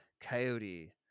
Coyote